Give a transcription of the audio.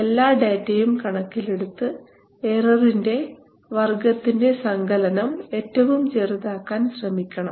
എല്ലാ ഡാറ്റയും കണക്കിലെടുത്ത് എററിൻറെ വർഗ്ഗത്തിൻറെ സങ്കലനം ഏറ്റവും ചെറുതാക്കാൻ ശ്രമിക്കണം